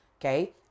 okay